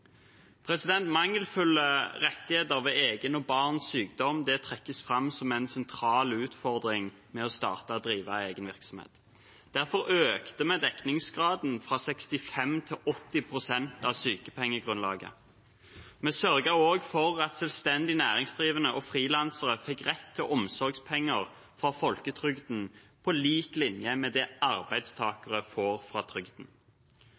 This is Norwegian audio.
rettigheter ved egen og barns sykdom trekkes fram som en sentral utfordring ved det å starte og drive egen virksomhet. Derfor økte vi dekningsgraden fra 65 pst. til 80 pst. av sykepengegrunnlaget. Vi sørget også for at selvstendig næringsdrivende og frilansere fikk rett til omsorgspenger fra folketrygden på lik linje med det arbeidstakere får fra trygden.